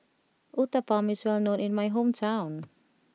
Uthapam is well known in my hometown